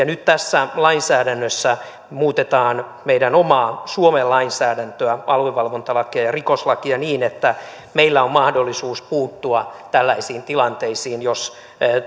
nyt tässä lainsäädännössä muutetaan meidän omaa suomen lainsäädäntöä aluevalvontalakia ja rikoslakia niin että meillä on mahdollisuus puuttua tällaisiin tilanteisiin jos